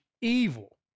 evil